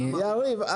יקרים.